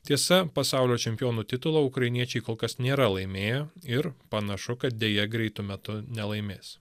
tiesa pasaulio čempionų titulą ukrainiečiai kol kas nėra laimėję ir panašu kad deja greitu metu nelaimės